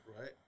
right